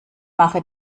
mache